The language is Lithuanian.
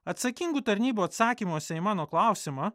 atsakingų tarnybų atsakymuose į mano klausimą